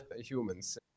humans